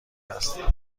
است